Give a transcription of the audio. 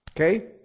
Okay